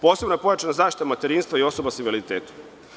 Posebno je pojačana zaštita materinstva i osoba sa invaliditetom.